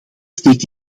steekt